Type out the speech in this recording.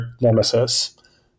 nemesis